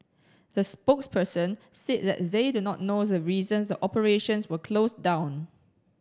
the spokesperson said that they do not know the reason the operations were closed down